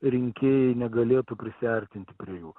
rinkėjai negalėtų prisiartinti prie jų